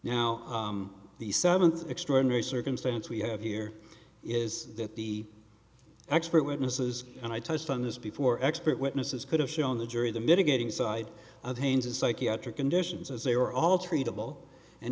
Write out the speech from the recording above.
now the seventh extraordinary circumstance we have here is that the expert witnesses and i touched on this before expert witnesses could have shown the jury the mitigating side of pains of psychiatric conditions as they are all treatable and